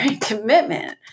commitment